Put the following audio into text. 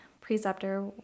preceptor